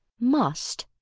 must?